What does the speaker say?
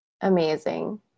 Amazing